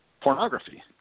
pornography